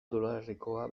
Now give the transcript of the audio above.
dolarrekoa